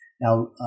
Now